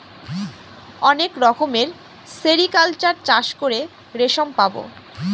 অনেক রকমের সেরিকালচার চাষ করে রেশম পাবো